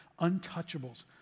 untouchables